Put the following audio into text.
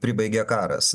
pribaigė karas